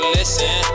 listen